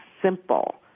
simple